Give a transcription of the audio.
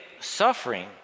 suffering